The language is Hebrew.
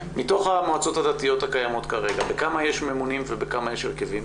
מתוך המועצות הדתיות הקיימות כרגע בכמה יש ממונים ובכמה יש הרכבים?